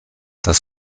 das